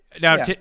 Now